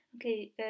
Okay